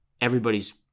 everybody's